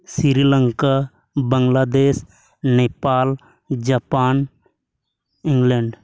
Sri Lanka Bangladesh Nepal Japan England